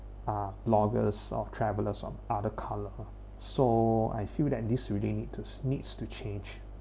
uh bloggers or travellers of other colour so I feel that this really need to needs to change